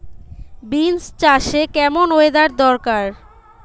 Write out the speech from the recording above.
Beans চাষে কেমন weather দরকার?